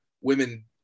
women